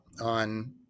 on